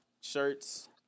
shirts